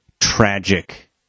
tragic